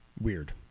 Weird